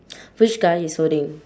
which guy is holding